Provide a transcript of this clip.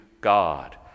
God